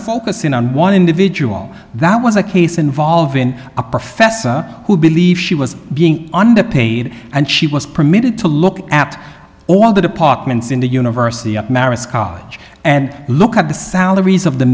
focusing on one individual that was a case involving a professor who believed she was being underpaid and she was permitted to look at all the departments in the university up maris college and look at the salaries of the